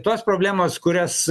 tos problemos kurias